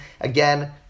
Again